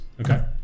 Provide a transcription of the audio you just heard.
Okay